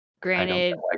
Granted